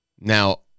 Now